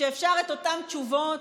שאפשר את אותן תשובות: